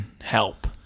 help